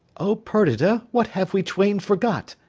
o perdita, what have we twain forgot!